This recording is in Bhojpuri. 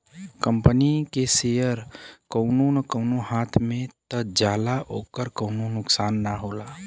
कंपनी के सेअर कउनो न कउनो हाथ मे त जाला ओकर कउनो नुकसान ना हौ